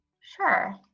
Sure